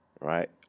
right